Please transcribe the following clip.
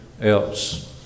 else